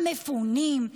המפונים,